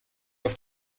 auf